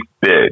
big